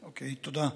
תודה.